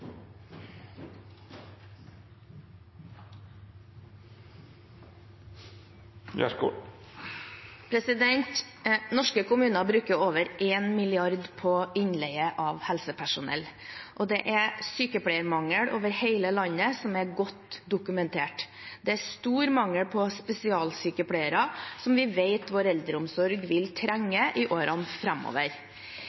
Norske kommuner bruker over en milliard på innleie av helsepersonell, og det er sykepleiermangel over hele landet som er godt dokumentert. Det er stor mangel på spesialsykepleiere, som vi vet vår eldreomsorg vil trenge